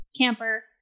camper